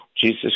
Jesus